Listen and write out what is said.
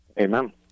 Amen